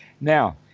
Now